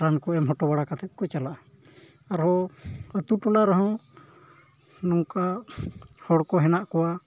ᱨᱟᱱ ᱠᱚ ᱮᱢ ᱦᱚᱴᱚ ᱵᱟᱲᱟ ᱠᱟᱛᱮᱫ ᱠᱚ ᱪᱟᱞᱟᱜᱼᱟ ᱟᱨᱦᱚᱸ ᱟᱛᱳ ᱴᱚᱞᱟ ᱨᱮᱦᱚᱸ ᱱᱚᱝᱠᱟ ᱦᱚᱲᱠᱚ ᱦᱮᱱᱟᱜ ᱠᱚᱣᱟ